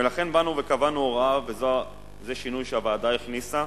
לכן באנו וקבענו הוראה, זה שינוי שהוועדה הכניסה: